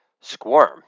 squirm